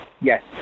Yes